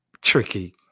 tricky